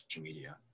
media